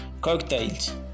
Cocktails